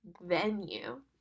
venue